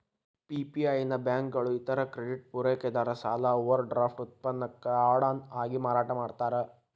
PPI ನ ಬ್ಯಾಂಕುಗಳ ಇತರ ಕ್ರೆಡಿಟ್ ಪೂರೈಕೆದಾರ ಸಾಲ ಓವರ್ಡ್ರಾಫ್ಟ್ ಉತ್ಪನ್ನಕ್ಕ ಆಡ್ ಆನ್ ಆಗಿ ಮಾರಾಟ ಮಾಡ್ತಾರ